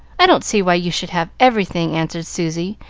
i don't see why you should have everything, answered susy,